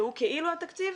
שהוא כאילו התקציב,